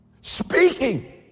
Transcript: Speaking